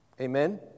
amen